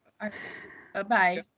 Bye-bye